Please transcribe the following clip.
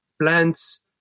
plants